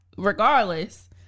Regardless